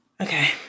Okay